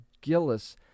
Gillis